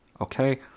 Okay